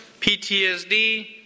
PTSD